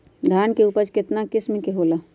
धान के उपज केतना किस्म के होला?